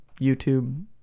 YouTube